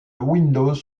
windows